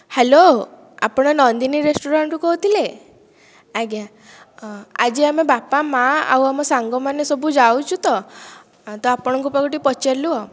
hello ଆପଣ ନନ୍ଦିନୀ ରେସ୍ତୋରାଣ୍ଟରୁ କହୁଥିଲେ ଆଜ୍ଞା ଆଜି ଆମେ ବାପା ମା ଆଉ ଆମ ସାଙ୍ଗମାନେ ସବୁ ଯାଉଛୁ ତ ତ ଆପଣଙ୍କ ପାଖକୁ ଟିକେ ପଚାରିଲୁ ଆଉ